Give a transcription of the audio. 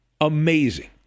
Amazing